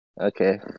Okay